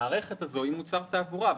המערכת הזו היא מוצר תעבורה.